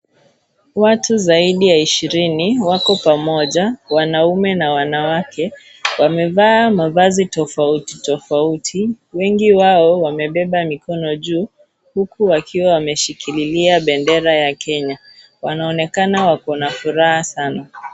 Watu zaidi ya ishirini wako pamoja wanaume na wanawake. Wamevaa mavazi tofauti tofauti. Wengi wao wamebeba mikono juu huku wakiwa wameshikilia bendera ya Kenya. Wanaonekana wako na furaha sana.